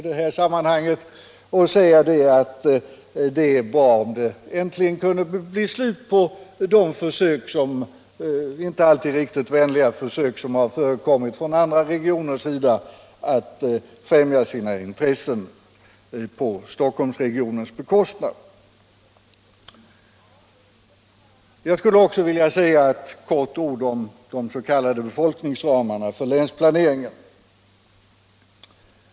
Det är bra om det äntligen kunde bli slut på de inte alltid riktigt vänliga försök som har förekommit från andra regioners sida att främja sina intressen på Stockholmsregionens bekostnad. Jag skulle också vilja säga några få ord om de s.k. befolkningsramarna för länsplaneringen.